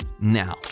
Now